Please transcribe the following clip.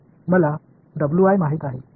எனவே எனக்கு முன்பே மற்றும் தெரியும்